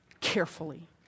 carefully